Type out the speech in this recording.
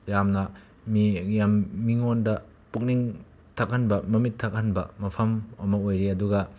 ꯌꯥꯝꯅ ꯃꯤ ꯌꯥꯝ ꯃꯤꯉꯣꯟꯗ ꯄꯨꯛꯅꯤꯡ ꯊꯛꯍꯟꯕ ꯃꯃꯤꯠ ꯊꯛꯍꯟꯕ ꯃꯐꯝ ꯑꯃ ꯑꯣꯏꯔꯤ ꯑꯗꯨꯒ